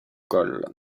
col